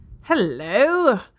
Hello